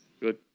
Good